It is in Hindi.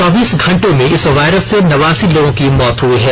चौबीस घंटों में इस वायरस से नवासी लोगों की मौत हुई है